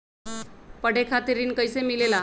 पढे खातीर ऋण कईसे मिले ला?